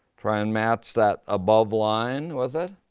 try and match that above line with it.